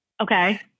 Okay